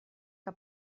que